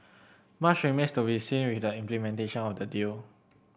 much remains to be seen with the implementation of the deal